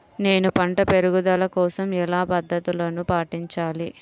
నేను పంట పెరుగుదల కోసం ఎలాంటి పద్దతులను పాటించాలి?